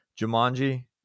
Jumanji